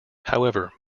however